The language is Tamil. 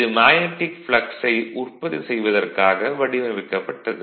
இது மேக்னடிக் ப்ளக்ஸை உற்பத்தி செய்வதற்காக வடிவமைக்கப்பட்டது